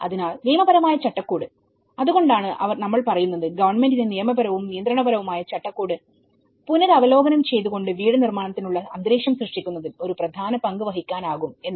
അതിനാൽ നിയമപരമായ ചട്ടക്കൂട്അതുകൊണ്ടാണ് നമ്മൾ പറയുന്നത് ഗവൺമെന്റിന് നിയമപരവും നിയന്ത്രണപരവുമായ ചട്ടക്കൂട് പുനരവലോകനം ചെയ്തു കൊണ്ട് വീട് നിർമ്മാണത്തിനുള്ള അന്തരീക്ഷം സൃഷ്ടിക്കുന്നതിൽ ഒരു പ്രധാന പങ്ക് വഹിക്കാനാകും എന്ന്